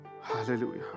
Hallelujah